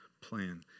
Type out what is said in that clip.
plan